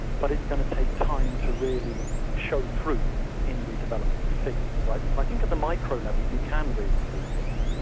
but it's going to take time to really show through in the development figures, right? so i think at the micro level, you can really see things.